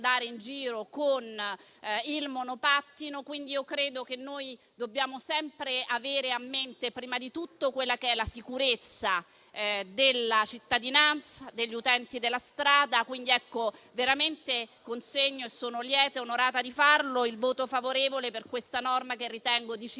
Grazie a tutti